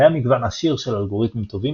קיים מגוון עשיר של אלגוריתמים טובים